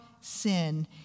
sin